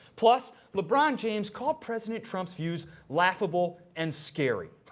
plus, lebron james called president trump's views laughable and scary.